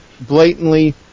blatantly